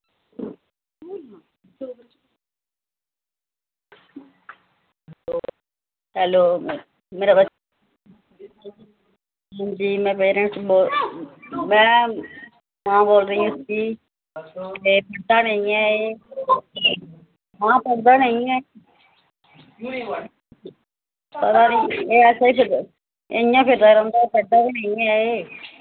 hello जी ते पढ़दा नेईं ऐ एह् महां पढ़दा नेईं ऐ पता नी इ'यां फिरदा रौंह्दा पढदा गै नेंई ऐ एह्